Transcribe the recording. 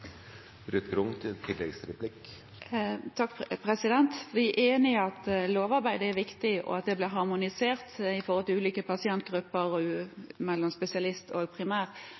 Vi er enig i at lovarbeidet er viktig, og at det blir harmonisert for ulike pasientgrupper og mellom spesialist- og